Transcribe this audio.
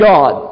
God